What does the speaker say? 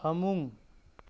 ꯐꯃꯨꯡ